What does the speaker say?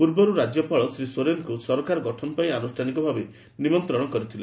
ପୂର୍ବରୁ ରାଜ୍ୟପାଳ ଶ୍ରୀ ସୋରେନଙ୍କୁ ସରକାର ଗଠନ ପାଇଁ ଆନୁଷ୍ଠାନିକ ଭାବେ ନିମନ୍ତ୍ରଣ କରିଥିଲେ